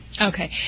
Okay